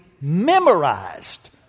memorized